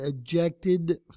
ejected